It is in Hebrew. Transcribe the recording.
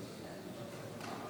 שיחיו לאורך ימים טובים